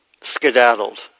skedaddled